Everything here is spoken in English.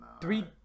Three